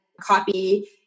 copy